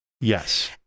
yes